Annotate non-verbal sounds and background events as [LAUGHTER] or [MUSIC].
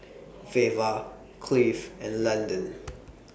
Veva Cleave and Landen [NOISE]